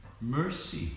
mercy